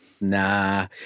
Nah